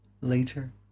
later